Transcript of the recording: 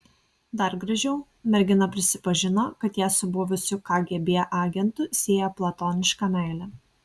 dar gražiau mergina prisipažino kad ją su buvusiu kgb agentu sieja platoniška meilė